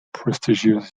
prestigious